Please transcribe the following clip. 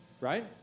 Right